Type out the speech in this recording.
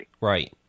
right